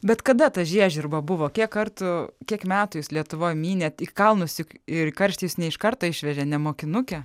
bet kada ta žiežirba buvo kiek kartų kiek metų jūs lietuvoj mynėt į kalnus juk ir į karštį jus ne iš karto išvežė ne mokinukę